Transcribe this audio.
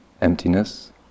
emptiness